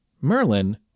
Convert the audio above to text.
Merlin